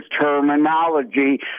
terminology